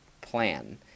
plan